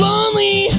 Lonely